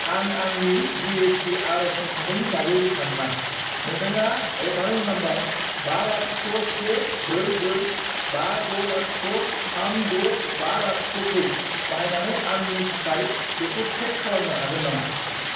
आं आंनि G S T आर'जनि थाथायनि बागै रोखा नङा नोंथाङा रेफारेन्स नाम्बार बा लाथिख' से ब्रै ब्रै बा द' लाथिख' थाम द' बा लाथिख'खौ बाहायनानै आंनि थाखाय बेखौ ट्रेक खालामनो हागोन नामा